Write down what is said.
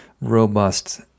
robust